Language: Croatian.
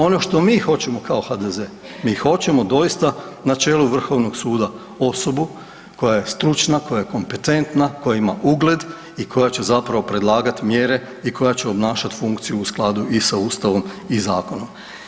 Ono što mi hoćemo kao HDZ, mi hoćemo doista na čelu Vrhovnog suda osobu koja je stručna, koja je kompetentna, koja ima ugled i koja će zapravo predlagati mjere i koja će obnašati funkciju u skladu i sa Ustavom i zakonom.